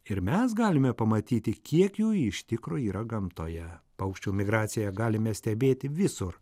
ir mes galime pamatyti kiek jų iš tikro yra gamtoje paukščių migraciją galime stebėti visur